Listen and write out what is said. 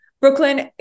Brooklyn